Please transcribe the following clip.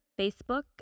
Facebook